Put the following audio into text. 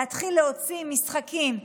להתחיל להוציא משחקים,